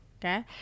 okay